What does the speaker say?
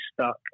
stuck